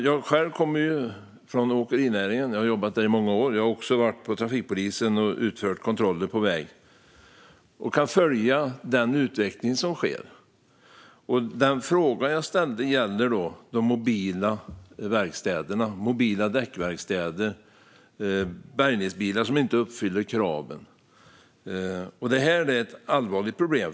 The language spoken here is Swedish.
Jag kommer själv från åkerinäringen - jag har jobbat där i många år - och jag har också arbetat hos trafikpolisen, utfört kontroller på väg och följt utvecklingen. Min fråga gällde de mobila verkstäderna, till exempel mobila däckverkstäder och bärgningsbilar, som inte uppfyller kraven. Det är ett allvarligt problem.